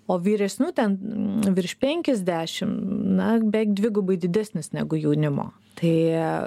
o vyresnių ten virš penkiasdešim na beveik dvigubai didesnis negu jaunimo tai